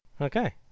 Okay